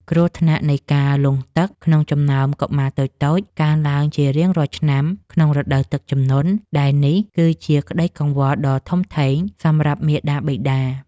គ្រោះថ្នាក់នៃការលង់ទឹកក្នុងចំណោមកុមារតូចៗ កើនឡើងជារៀងរាល់ឆ្នាំក្នុងរដូវទឹកជំនន់ដែលនេះ គឺជាក្តីកង្វល់ដ៏ធំធេងសម្រាប់មាតាបិតា។